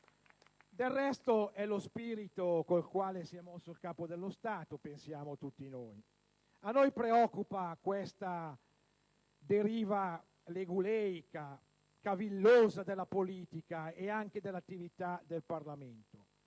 Del resto, è lo spirito con il quale si è mosso il Capo dello Stato, pensiamo tutti noi. A noi preoccupa questa deriva leguleica e cavillosa della politica ed anche dell'attività del Parlamento.